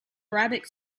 rabbit